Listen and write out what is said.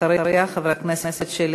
אחריה, חברת הכנסת שלי